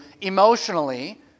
emotionally